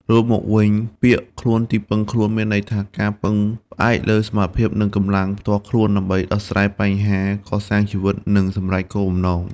រួមមកវិញ ពាក្យ «ខ្លួនទីពឹងខ្លួន» មានន័យថា ការពឹងផ្អែកលើសមត្ថភាព និងកម្លាំងផ្ទាល់ខ្លួន ដើម្បីដោះស្រាយបញ្ហា កសាងជីវិត និងសម្រេចគោលបំណង។